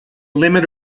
limit